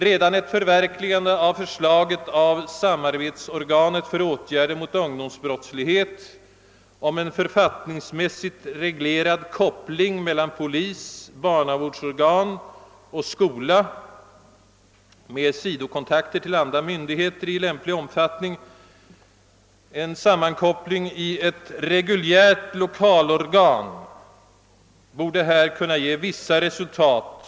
Redan ett förverkligande av förslaget av samarbetsorganet för åtgärder mot ungdomsbrottslighet om en författningsmässigt reglerad koppling mellan polis, barnavårdsorgan och skola genom inrättande av ett reguljärt lokalorgan, borde här kunna ge vissa resultat.